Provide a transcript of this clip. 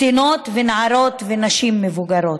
קטינות ונערות ונשים מבוגרות.